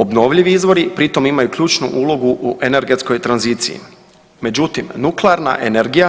Obnovljivi izvori pri tom imaju ključnu ulogu u energetskoj tranziciji, međutim nuklearna energije